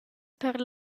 per